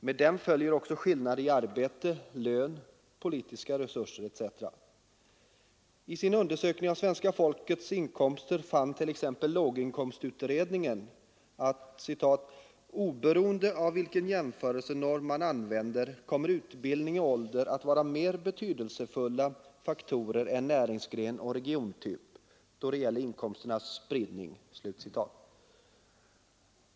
Med dem följer också skillnader i arbete, lön, politiska resurser etc. I sin undersökning av svenska folkets inkomster fann t.ex. låginkomstutredningen att ”oberoende av vilken jämförelsenorm man använder kommer utbildning och ålder att vara mer betydelsefulla faktorer än näringsgren och regiontyp, då det gäller inkomsternas spridning”.